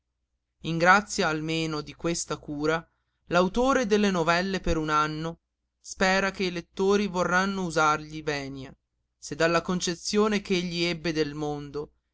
grazia almeno di questa cura l'autore delle novelle per un anno spera che i lettori vorranno usargli venia se dalla concezione ch'egli ebbe del mondo